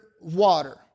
water